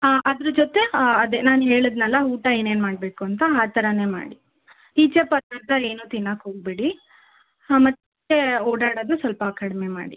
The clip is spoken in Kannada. ಹಾಂ ಅದರ ಜೊತೆ ಅದೇ ನಾನು ಹೇಳಿದ್ದೆನಲ್ಲ ಊಟ ಏನೇನು ಮಾಡಬೇಕು ಅಂತ ಆ ಥರನೇ ಮಾಡಿ ಈಚೆ ಪದಾರ್ಥ ಏನೂ ತಿನ್ನೋಕ್ಕೆ ಹೋಗಬೇಡಿ ಹಾಂ ಮತ್ತು ಓಡಾಡೋದು ಸ್ವಲ್ಪ ಕಡಿಮೆ ಮಾಡಿ